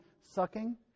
sucking